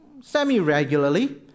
semi-regularly